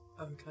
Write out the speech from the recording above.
Okay